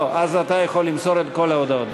לא, אז אתה יכול למסור את כל ההודעות.